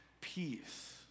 peace